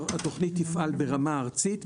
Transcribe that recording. התוכנית תפעל ברמה ארצית,